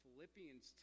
Philippians